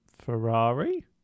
Ferrari